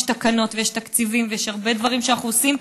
יש תקנות ויש תקציבים ויש הרבה דברים שאנחנו עושים,